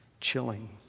chilling